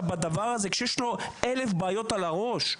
בדבר הזה כשיש לו אלף בעיות על הראש?